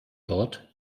dort